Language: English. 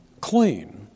clean